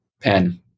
Pen